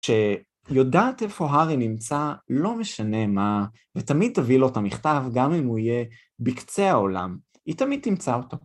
שיודעת איפה הארי נמצא לא משנה מה, ותמיד תביא לו את המכתב גם אם הוא יהיה בקצה העולם, היא תמיד תמצא אותו.